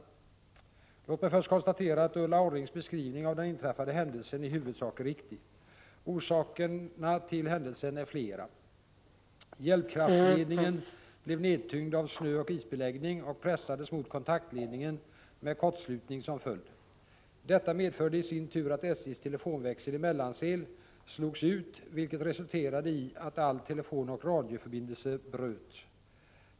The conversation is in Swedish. Låt mig först konstatera att Ulla Orrings beskrivning av den inträffade händelsen i huvudsak är riktig. Orsakerna till händelsen är flera. Hjälpkraftledningen blev nedtyngd av snöoch isbeläggning och pressades mot kontaktledningen med kortslutning som följd. Detta medförde i sin tur att SJ:s telefonväxel i Mellansel slogs ut, vilket resulterade i att all telefonoch radioförbindelse bröts.